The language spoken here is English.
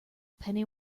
penny